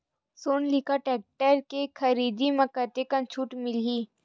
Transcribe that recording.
Sonalika tractor के खरीदी मा कतका छूट मीलही?